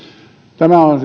tämä on